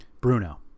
Bruno